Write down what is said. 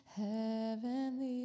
heavenly